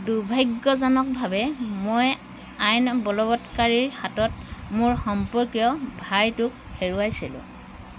দুৰ্ভাগ্যজনকভাৱে মই আইন বলবৎকাৰীৰ হাতত মোৰ সম্পৰ্কীয় ভাইটোক হেৰুৱাইছিলোঁ